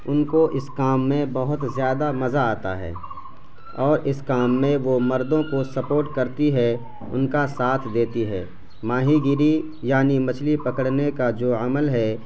ان کو اس کام میں بہت زیادہ مزہ آتا ہے اور اس کام میں وہ مردوں کو سپورٹ کرتی ہے ان کا ساتھ دیتی ہے ماہی گیری یعنی مچھلی پکڑنے کا جو عمل ہے